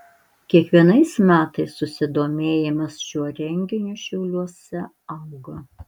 kiekvienais metais susidomėjimas šiuo renginiu šiauliuose auga